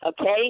Okay